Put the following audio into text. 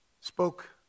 spoke